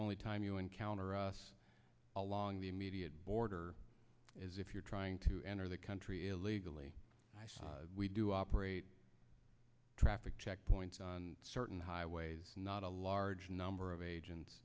only time you encounter us along the immediate border is if you're trying to enter the country illegally we do operate traffic checkpoints on certain highways not a large number of agents